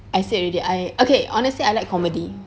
I said already I okay honestly I like comedy